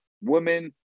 women